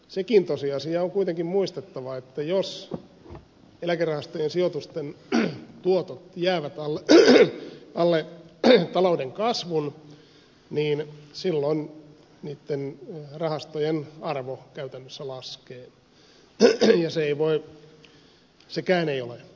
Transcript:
sekin tosiasia on kuitenkin muistettava että jos eläkerahastojen sijoitusten tuotot jäävät alle talouden kasvun niin silloin niitten rahastojen arvo käytännössä laskee ja sekään ei ole tarkoituksenmukaista